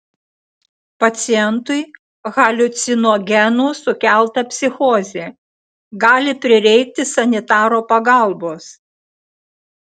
pacientui haliucinogenų sukelta psichozė gali prireikti sanitaro pagalbos